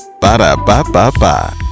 Ba-da-ba-ba-ba